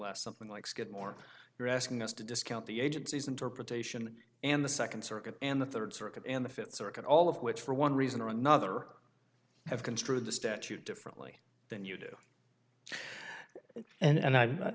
less something like skidmore you're asking us to discount the agency's interpretation and the second circuit and the third circuit and the fifth circuit all of which for one reason or another have construed the statute differently than you do and